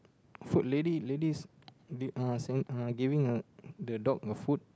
food lady lady's saying uh giving uh the dog a food